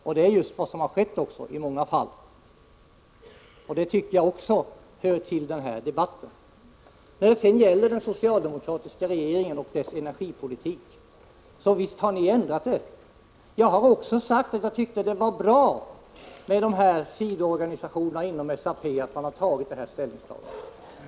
Och det är just vad som skett i många fall, och det tycker jag också hör till den här debatten. Beträffande den socialdemokratiska regeringen och dess energipolitik: Visst har ni ändrat er. Och jag har också sagt att ställningstagandet från SAP:s sidoorganisation var bra.